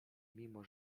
mimo